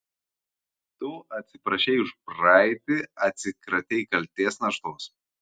tu atsiprašei už praeitį atsikratei kaltės naštos